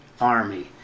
army